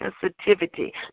sensitivity